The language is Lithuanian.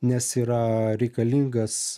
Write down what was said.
nes yra reikalingas